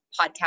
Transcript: podcast